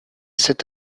cette